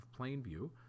Plainview